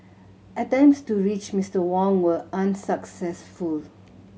attempts to reach Mister Wang were unsuccessful